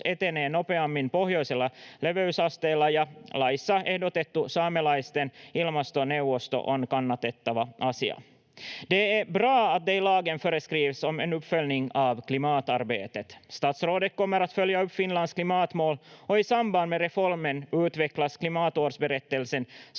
etenee nopeammin pohjoisilla leveysasteilla, ja laissa ehdotettu saamelaisten ilmastoneuvosto on kannatettava asia. Det är bra att det i lagen föreskrivs om en uppföljning av klimatarbetet. Statsrådet kommer att följa upp Finlands klimatmål och i samband med reformen utvecklas klimatårsberättelsen